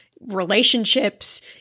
relationships